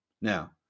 Now